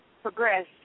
Progress